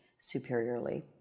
superiorly